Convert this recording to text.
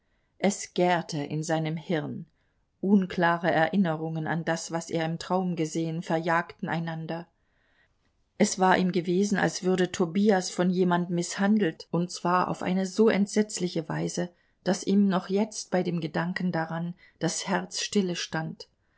es gärte in seinem hirn unklare erinnerungen an das was er im traum gesehen verjagten einander es war ihm gewesen als würde tobias von jemand mißhandelt und zwar auf eine so entsetzliche weise daß ihm noch jetzt bei dem gedanken daran das herz